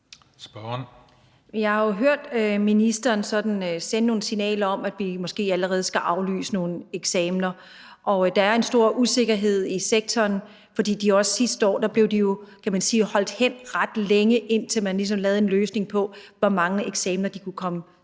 jeg har jo hørt ministeren sende nogle signaler om, at vi måske allerede skal aflyse nogle eksamener, og der er en stor usikkerhed i sektoren, fordi de jo også sidste år, kan man sige, blev holdt hen ret længe, indtil man ligesom lavede en løsning på, hvor mange eksamener de kunne komme til,